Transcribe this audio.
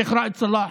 שייח' ראאד סלאח,